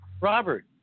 Robert